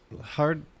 Hard